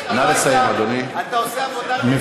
אתה עושה עבודה נהדרת.